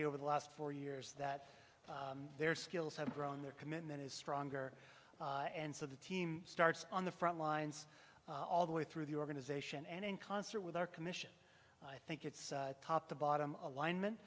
you over the last four years that their skills have grown their commitment is stronger and so the team starts on the front lines all the way through the organization and in concert with our commission i think it's top to bottom line men